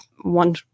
one